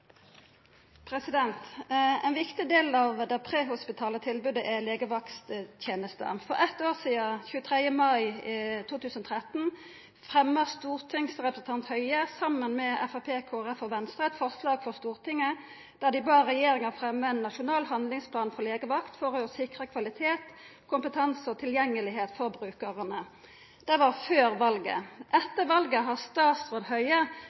Ein viktig del av det prehospitale tilbodet er legevakttenesta. For eitt år sidan, 23. mai 2013, fremja stortingsrepresentant Høie, saman med Framstegspartiet, Kristeleg Folkeparti og Venstre, eit forslag for Stortinget der dei bad regjeringa fremja ein nasjonal handlingsplan for legevakt for å sikra kvalitet, kompetanse og tilgjengelegheit for brukarane. Det var før valet. Etter valet har statsråd Høie